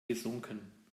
gesunken